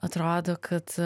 atrodo kad